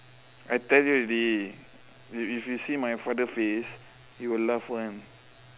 I tell you already if if you see my father face you will laugh [one]